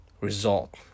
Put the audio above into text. result